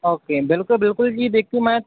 okay ਬਿਲਕੁਲ ਬਿਲਕੁਲ ਜੀ ਦੇਖਿਓ ਮੈਂ